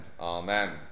Amen